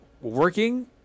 working